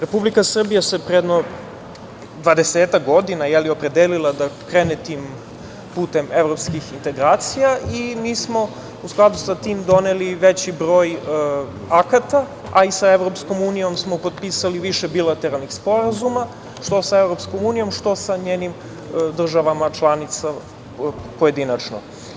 Republika Srbija se pre jedno dvadesetak godina opredelila da krene tim putem evropskih integracija i mi smo u skladu sa tim doneli veći broj akata, a i sa EU smo potpisali više bilateralnih sporazuma, što sa EU, što sa njenim državama, članicama pojedinačno.